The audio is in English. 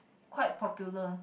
quite popular